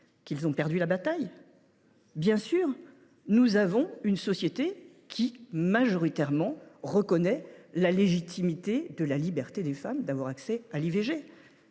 ils ont perdu la bataille. Nous vivons dans une société qui, majoritairement, reconnaît la légitimité de la liberté des femmes d’avoir accès à l’IVG.